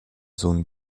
zone